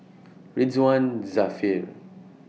Ridzwan Dzafir